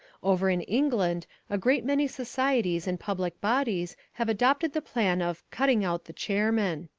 over in england a great many societies and public bodies have adopted the plan of cutting out the chairman.